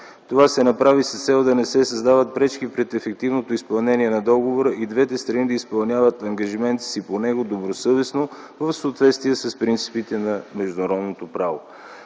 Това се направи с цел да не се създават пречки пред ефективното изпълнение на договора и двете страни да изпълняват ангажимента си по него добросъвестно в съответствие с принципите на международното право.